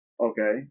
Okay